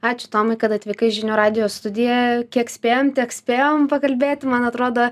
ačiū tomai kad atvykai į žinių radijo studiją kiek spėjom tiek spėjom pakalbėti man atrodo